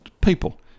people